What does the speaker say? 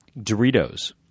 Doritos